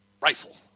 rifle